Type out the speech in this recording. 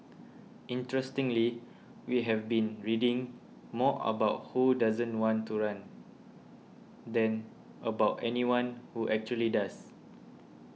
interestingly we have been reading more about who doesn't want to run than about anyone who actually does